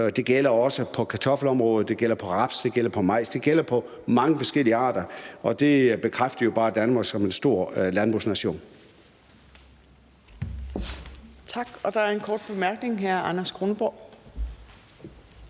Det gælder også på kartoffelområdet, det gælder på raps, det gælder på majs, det gælder mange forskellige arter, og det bekræfter jo bare, at Danmark har en stor landbrugsproduktion. Kl. 14:52 Fjerde næstformand (Trine Torp):